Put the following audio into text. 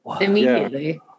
Immediately